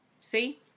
See